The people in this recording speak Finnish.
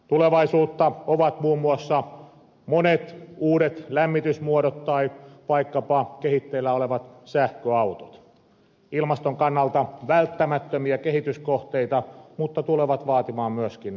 tulevaisuutta ovat muun muassa monet uudet lämmitysmuodot tai vaikkapa kehitteillä olevat sähköautot ilmaston kannalta välttämättömiä kehityskohteita mutta tulevat vaatimaan myöskin sähköä